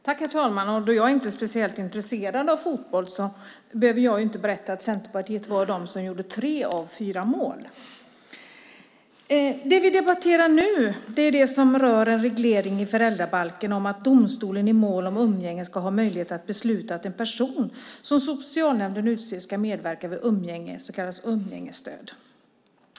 Herr talman! Då jag inte är speciellt intresserad av fotboll behöver jag ju inte berätta att Centerpartiet var de som gjorde tre av fyra mål. Det vi debatterar nu rör en reglering i föräldrabalken om att domstolen i mål om umgänge ska ha möjlighet att besluta att en person som socialnämnden utser ska medverka vid umgänge - så kallat umgängesstöd.